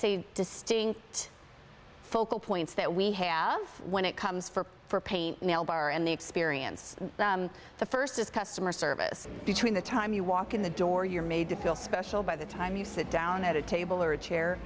say distinct focal point it's that we have when it comes for for pain bar and the experience the first is customer service between the time you walk in the door you're made to feel special by the time you sit down at a table or a chair